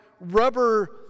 rubber